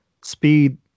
speed